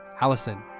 Allison